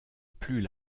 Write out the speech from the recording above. plus